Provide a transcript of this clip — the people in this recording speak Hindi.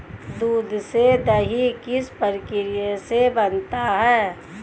दूध से दही किस प्रक्रिया से बनता है?